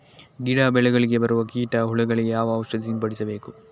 ಗಿಡ, ಬೆಳೆಗಳಿಗೆ ಬರುವ ಕೀಟ, ಹುಳಗಳಿಗೆ ಯಾವ ಔಷಧ ಸಿಂಪಡಿಸಬೇಕು?